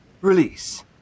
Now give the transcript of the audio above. release